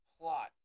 plot